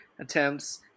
attempts